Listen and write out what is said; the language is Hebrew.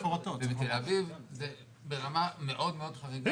ובתל אביב זה ברמה מאוד מאוד חריגה.